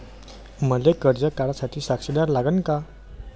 मले कर्ज काढा साठी साक्षीदार लागन का?